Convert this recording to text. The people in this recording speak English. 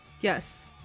Yes